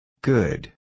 Good